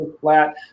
flat